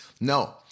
No